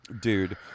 dude